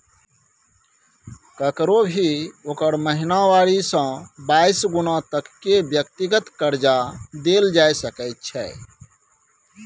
ककरो भी ओकर महिनावारी से बाइस गुना तक के व्यक्तिगत कर्जा देल जाइत छै